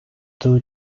two